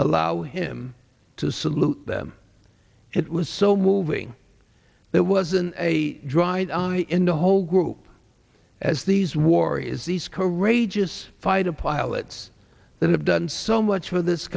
allow him to salute them it was so moving there wasn't a dry eye in the whole group as these warriors these courageous fighter pilots that have done so much for this